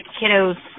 kiddo's